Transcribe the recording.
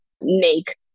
make